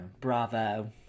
bravo